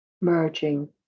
merging